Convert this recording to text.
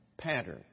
pattern